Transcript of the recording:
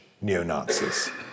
neo-Nazis